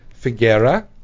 Figuera